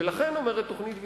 ולכן, אומרת תוכנית ויסקונסין,